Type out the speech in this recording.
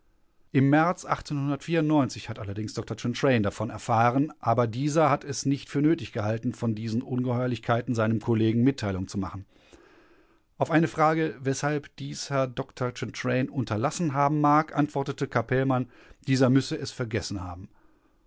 im märz hat allerdings dr chantraine davon erfahren aber dieser hat es nicht für nötig gehalten von diesen ungeheuerlichkeiten seinem kollegen mitteilung zu machen auf eine frage weshalb dies herr dr chantraine unterlassen haben mag antwortete capellmann dieser müsse es vergessen haben